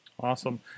Awesome